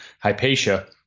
Hypatia